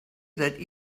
that